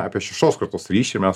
apie šeštos kartos ryšį mes